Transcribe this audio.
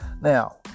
now